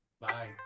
Bye